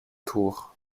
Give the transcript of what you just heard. tours